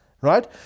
Right